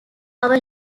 our